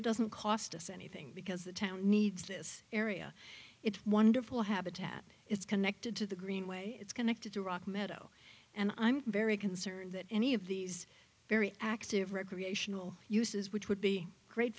it doesn't cost us anything because the town needs this area it's a wonderful habitat it's connected to the green way it's going to do rock meadow and i'm very concerned that any of these very active recreational uses which would be great